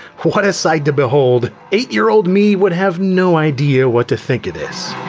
what a sight to behold, eight year old me would have no idea what to think of this.